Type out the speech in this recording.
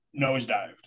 nosedived